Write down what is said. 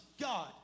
God